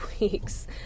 weeks